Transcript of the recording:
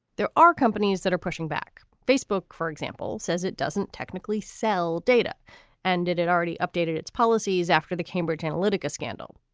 there are companies that are pushing back facebook, for example, says it doesn't technically sell data and did it already updated its policies after the cambridge analytica scandal?